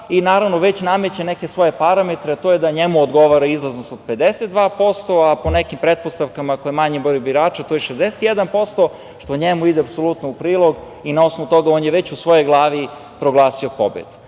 i, naravno, već nameće neke svoje parametre, a to je da njemu odgovara izlaznost od 52%, a po nekim pretpostavkama, ako je manji broj birača, to je 61%, što njemu ide apsolutno u prilog i na osnovu toga on je veću u svojoj glavi proglasio